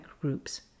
groups